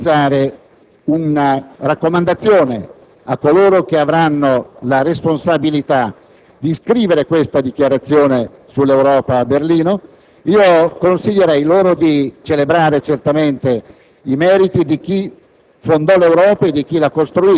Se potessi indirizzare una raccomandazione a coloro che avranno la responsabilità di scrivere questa dichiarazione sull'Europa a Berlino, consiglierei loro di celebrare certamente i meriti di chi